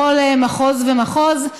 בכל מחוז ומחוז.